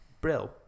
Brill